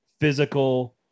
physical